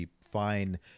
fine